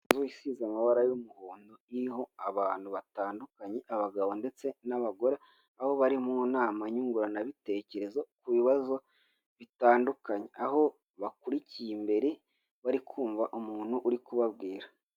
Inzu isize amabara y'umuhondo iriho abantu batandukanye abagabo ndetse n'abagore; aho bari mu nama nyunguranabitekerezo ku bibazo bitandukanye, aho bakurikiye imbere bari kumva umuntu uri kubabwira.